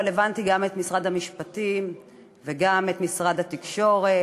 אבל הבנתי גם את משרד המשפטים וגם את משרד התקשורת,